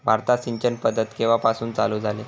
भारतात सिंचन पद्धत केवापासून चालू झाली?